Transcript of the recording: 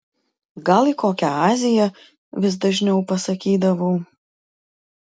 gal į kokią aziją vis dažniau pasakydavau